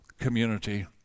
community